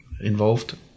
involved